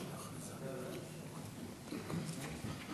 תודה,